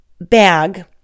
bag